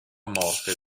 morte